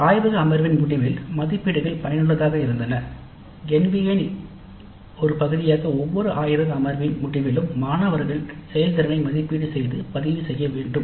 ஒரு ஆய்வக அமர்வின் முடிவில் மதிப்பீடுகள் பயனுள்ளதாக இருந்தன NBA இன் ஒரு பகுதியாக ஒவ்வொரு ஆய்வக அமர்வின் முடிவிலும் மாணவர்கள் செயல்திறனை மதிப்பீடு செய்து பதிவு செய்ய வேண்டும்